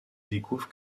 découvre